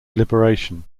liberation